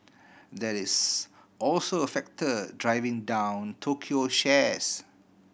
that is also a factor driving down Tokyo shares